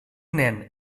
nen